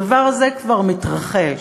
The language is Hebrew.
הדבר הזה כבר מתרחש.